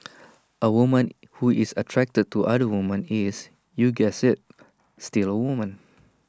A woman who is attracted to other women he is you guessed IT still A woman